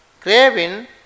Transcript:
craving